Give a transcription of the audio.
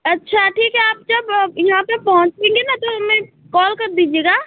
अच्छा ठीक है आप जब यहाँ पर पहुँचेंगे न तो हमें कॉल कर दीजिएगा